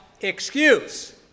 excuse